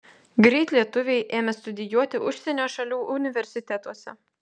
greit lietuviai ėmė studijuoti užsienio šalių universitetuose